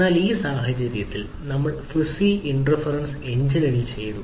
എന്നാൽ ഈ സാഹചര്യത്തിൽ നമ്മൾ ഫസ്സി ഇൻഫെറെൻസ് എഞ്ചിനിൽ ചെയ്തു